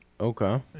Okay